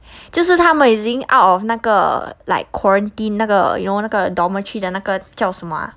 就是他们已经 out of 那个 like quarantine 那个 you know 那个 dormitory 的那个叫什么 ah